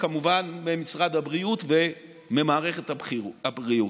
וכמובן ממשרד הבריאות וממערכת הבריאות.